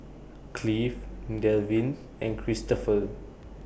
Cleve Delvin and Cristopher